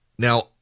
Now